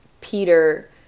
Peter